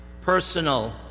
personal